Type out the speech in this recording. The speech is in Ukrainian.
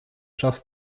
час